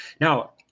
Now